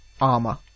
armor